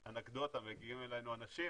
אנקדוטה - עכשיו מגיעים אלינו אנשים